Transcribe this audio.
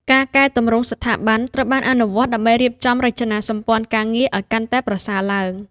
ការកែទម្រង់ស្ថាប័ន ត្រូវបានអនុវត្តដើម្បីរៀបចំរចនាសម្ព័ន្ធការងារឱ្យកាន់តែប្រសើរឡើង។